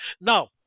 Now